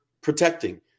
protecting